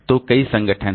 तो कई संगठन हैं